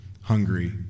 Hungary